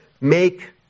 make